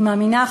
אני מאמינה,